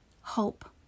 hope